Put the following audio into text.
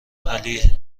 علی